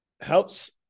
helps